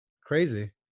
crazy